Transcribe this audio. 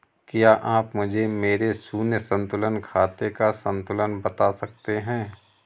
क्या आप मुझे मेरे शून्य संतुलन खाते का संतुलन बता सकते हैं?